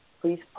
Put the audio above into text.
Please